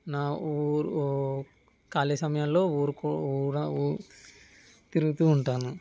నా ఊరు ఖాళీ సమయాల్లో ఊరు ఊరా ఊర్ తిరుగుతూ ఉంటాను